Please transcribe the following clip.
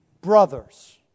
brothers